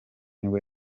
nibwo